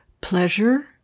pleasure